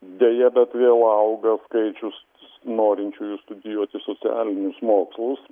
deja bet vėl auga skaičius norinčiųjų studijuoti socialinius mokslus